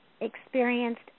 experienced